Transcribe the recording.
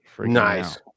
Nice